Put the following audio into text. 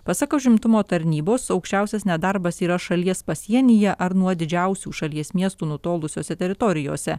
pasak užimtumo tarnybos aukščiausias nedarbas yra šalies pasienyje ar nuo didžiausių šalies miestų nutolusiose teritorijose